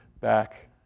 back